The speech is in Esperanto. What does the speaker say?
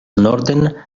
norden